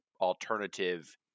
alternative